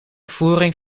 voering